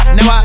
Now